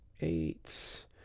eight